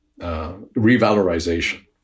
revalorization